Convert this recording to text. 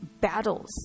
Battles